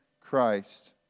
Christ